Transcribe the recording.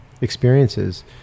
experiences